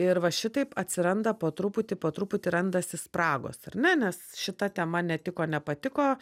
ir va šitaip atsiranda po truputį po truputį randasi spragos ar ne nes šita tema netiko nepatiko